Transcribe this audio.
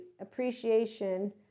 appreciation